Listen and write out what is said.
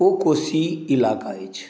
ओ कोशी इलाका अछि